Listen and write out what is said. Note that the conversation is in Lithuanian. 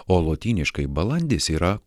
o lotyniškai balandis yra